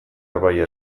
arbailla